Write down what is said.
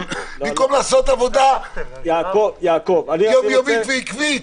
במקום לעשות עבודה יום-יומית ועקבית.